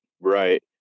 Right